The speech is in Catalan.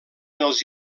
els